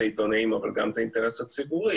העיתונאים אבל גם את האינטרס הציבורי,